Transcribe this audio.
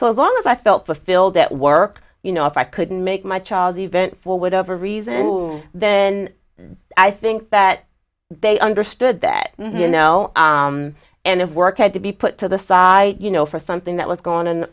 for as long as i felt fulfilled at work you know if i couldn't make my child's event for whatever reason then i think that they understood that you know and if work had to be put to the side you know for something that was go